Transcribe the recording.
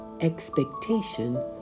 expectation